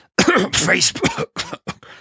Facebook